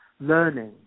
learning